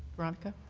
veronica?